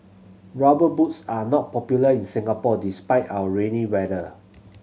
Rubber Boots are not popular in Singapore despite our rainy weather